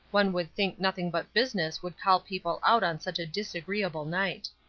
one would think nothing but business would call people out on such a disagreeable night.